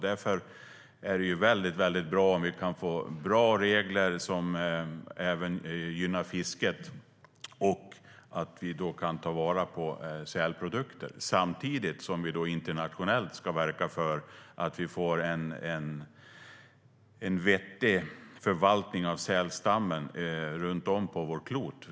Det är väldigt bra om vi kan få bra regler som även gynnar fisket och att vi kan ta vara på sälprodukter samtidigt som vi internationellt ska verka för att vi får en vettig förvaltning av sälstammen runt om på vårt klot.